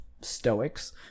Stoics